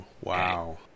wow